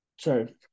sorry